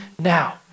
now